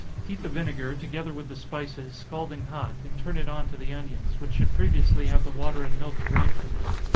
heat the vinegar, together with the spices, scalding hot, and turn it on to the onions, which should previously have the water and milk drained from them.